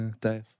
Dave